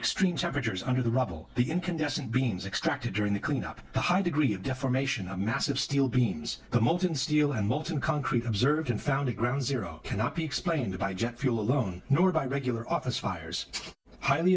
extreme temperatures under the rubble the incandescent beams extracted during the cleanup the high degree of defamation a massive steel beams the modern steel and morton concrete observed and found a ground zero cannot be explained by jet fuel alone regular office fires highly